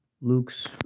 Luke's